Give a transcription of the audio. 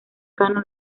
cano